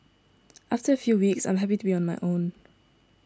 after a few weeks I was happy to be on my own